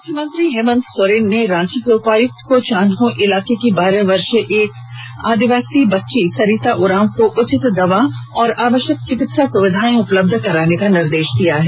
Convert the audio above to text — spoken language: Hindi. मुख्यमंत्री हेमंत सोरेन ने रांची के उपायुक्त को चान्हो इलाके की बारह वर्षीय एक आदिवासी बच्ची सरिता उरांव को उचित दवा एवं आवश्यक चिकित्सा सुविधाएं उपलब्ध कराने का निर्देश दिया है